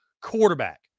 quarterback